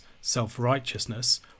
self-righteousness